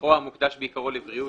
או המוקדש בעיקרו לבריאות,